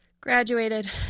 Graduated